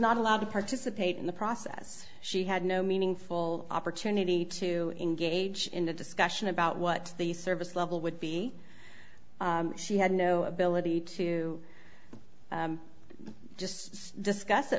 not allowed to participate in the process she had no meaningful opportunity to engage in a discussion about what the service level would be she had no ability to just discuss